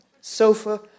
sofa